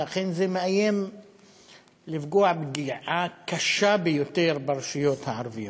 לכן זה מאיים לפגוע פגיעה קשה ביותר ברשויות הערביות.